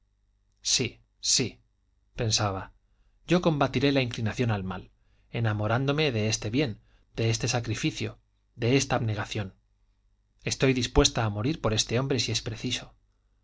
sí sí pensaba yo combatiré la inclinación al mal enamorándome de este bien de este sacrificio de esta abnegación estoy dispuesta a morir por este hombre si es preciso